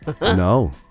No